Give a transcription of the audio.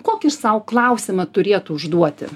kokį sau klausimą turėtų užduoti